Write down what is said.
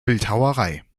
bildhauerei